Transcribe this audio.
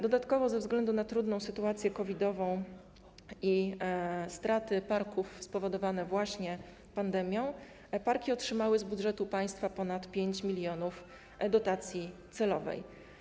Dodatkowo ze względu na trudną sytuację covidową i straty parków spowodowane pandemią parki otrzymały z budżetu państwa ponad 5 mln zł dotacji celowej.